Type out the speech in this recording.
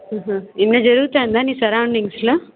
ఇన్ని జరుగుతాంద నీ సరౌండింగ్స్లో